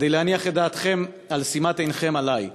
כדי להניח את דעתכם על שימת עינכם עלי.